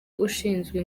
ushinzwe